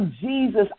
Jesus